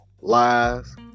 Lies